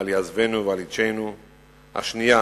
אל יעזבנו ואל יטשנו"; השנייה: